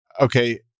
Okay